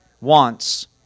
wants